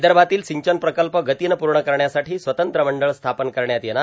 विदर्भातील सिंचन प्रकल्प गतीनं पूर्ण करण्यासाठी स्वतंत्र मंडळ स्थापन करण्यात येणार